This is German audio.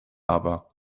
aber